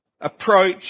approach